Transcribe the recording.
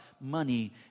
money